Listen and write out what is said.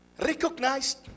recognized